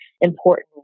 important